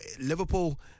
Liverpool